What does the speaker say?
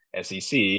SEC